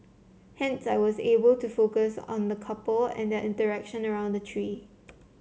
hence I was able to focus on the couple and their interaction around the tree